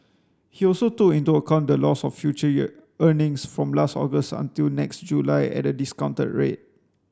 he also took into account the loss of future year earnings from last August until next July at a discounted rate